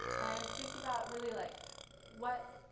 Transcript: and think about really like what